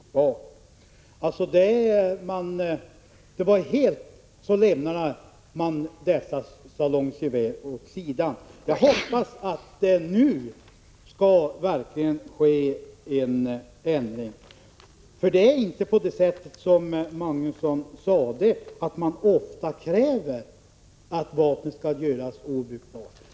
Det önskemål som gällde salongsgevär lämnade man alltså helt åt sidan. Jag hoppas att det nu verkligen skall bli en ändring. Det är inte bara så, som Göran Magnusson sade, att man ofta kräver att vapnet skall göras obrukbart.